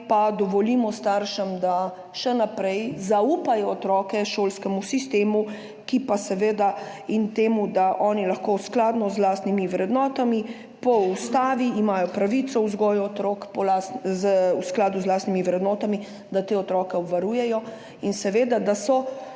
pa dovolimo staršem, da še naprej zaupajo otroke šolskemu sistemu in temu, da lahko oni skladno z lastnimi vrednotami, po ustavi imajo pravico do vzgoje otrok v skladu z lastnimi vrednotami, te otroke obvarujejo in da so